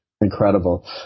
incredible